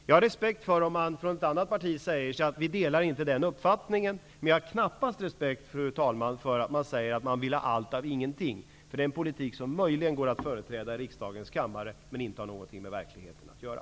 Jag har respekt för att man i ett annat parti säger att man inte delar den uppfattningen, men jag har knappast respekt, fru talman, för att man säger att man vill ha allt av ingenting. Det är en politik som möjligen går att företräda i riksdagens kammare, men som inte har någonting med verkligheten att göra.